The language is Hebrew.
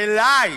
אלי,